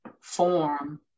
form